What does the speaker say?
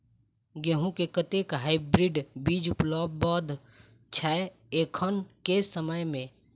गेंहूँ केँ कतेक हाइब्रिड बीज उपलब्ध छै एखन केँ समय मे?